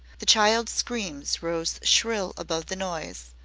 the child's screams rose shrill above the noise.